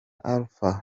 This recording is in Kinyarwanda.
alpha